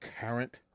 current